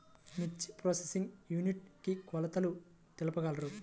మిర్చి processing unit కి కొలతలు తెలుపగలరు?